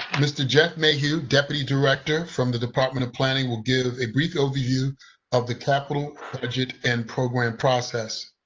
mr. jeff mayhew, deputy director from the department of planning will give a brief overview of the capital budget and program process.